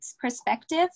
perspective